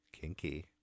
Kinky